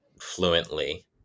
fluently